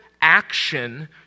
action